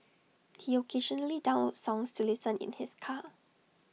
he occasionally downloads songs to listen in his car